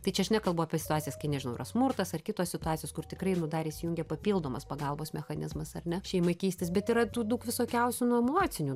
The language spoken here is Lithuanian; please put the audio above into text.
tai čia aš nekalbu apie situacijas kai nežinau yra smurtas ar kitos situacijos kur tikrai nu dar įsijungia papildomas pagalbos mechanizmas ar ne šeimai keistis bet yra tų daug visokiausių nu emocinių